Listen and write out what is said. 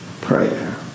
prayer